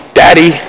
daddy